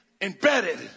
embedded